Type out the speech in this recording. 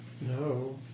No